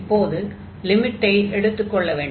இப்போது லிமிட்டை எடுத்துக் கொள்ள வேண்டும்